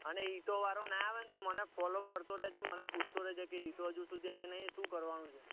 અને ઈંટોવાળો ના આવે ને તો મને ફોલોઅપ કરતો રહેજે મને પૂછતો રહેજે કે ઈંટો હજુ સુધી આવી નથી શું કરવાનું છે